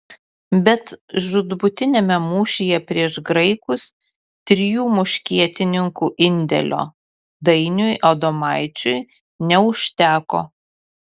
bet žūtbūtiniame mūšyje prieš graikus trijų muškietininkų indėlio dainiui adomaičiui neužteko